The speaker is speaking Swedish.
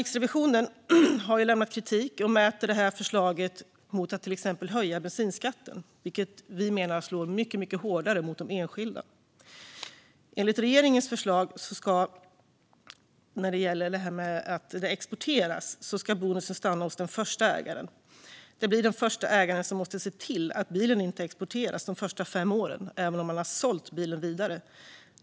Riksrevisionen har lämnat kritik och mäter det här förslaget mot att till exempel höja bensinskatten, vilket vi menar slår mycket, mycket hårdare mot den enskilda. När det gäller exportfrågan ska bonusen enligt regeringens förslag stanna hos den första ägaren. Det blir den första ägaren som måste se till att bilen inte exporteras de första fem åren, även om denna har sålt bilen vidare.